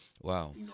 Wow